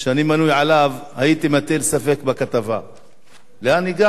ואני מנוי עליו, הייתי מטיל ספק בכתבה.